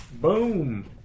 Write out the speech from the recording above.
Boom